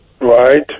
Right